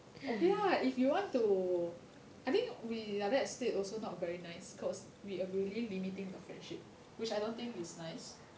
okay lah if you want to I think we like that state also not very nice cause we are really limiting your friendship which I don't think it's nice